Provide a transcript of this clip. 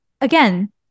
again